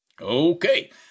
Okay